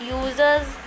users